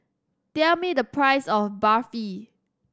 tell me the price of Barfi